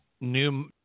new